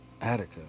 Attica